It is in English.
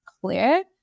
clear